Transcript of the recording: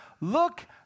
look